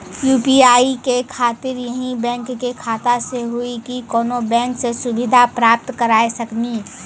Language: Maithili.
यु.पी.आई के खातिर यही बैंक के खाता से हुई की कोनो बैंक से सुविधा प्राप्त करऽ सकनी?